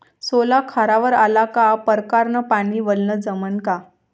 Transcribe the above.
सोला खारावर आला का परकारं न पानी वलनं जमन का?